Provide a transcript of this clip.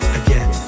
again